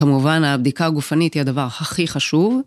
כמובן, הבדיקה הגופנית היא הדבר הכי חשוב.